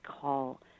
call